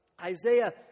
Isaiah